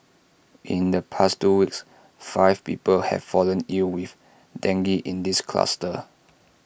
in the past two weeks five people have fallen ill with dengue in this cluster